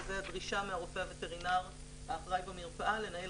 וזו הדרישה מהרופא הווטרינר האחראי במרפאה לנהל